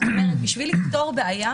כדי לפתור בעיה,